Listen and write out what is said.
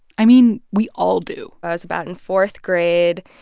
i mean, we all do i was about in fourth grade.